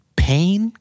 pain